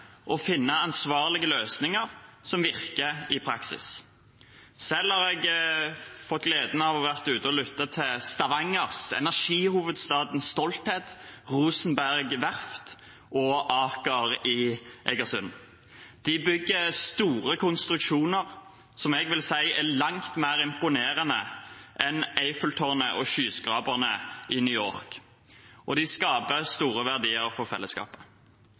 finne ansvarlige løsninger som virker i praksis. Selv har jeg fått gleden av å lytte til energihovedstaden Stavangers stolthet Rosenberg Verft og til Aker i Egersund. De bygger store konstruksjoner som jeg vil si er langt mer imponerende enn Eiffeltårnet og skyskraperne i New York, og de skaper store verdier for fellesskapet.